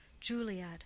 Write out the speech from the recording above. Juliet